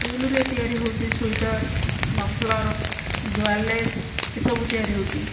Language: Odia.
ଉଲ୍ରେ ତିଆରି ହେଉଛି ସ୍ଵେଟର୍ ମଫଲର୍ ଦ୍ଵାଲେସ୍ ଏସବୁ ତିଆରି ହେଉଛି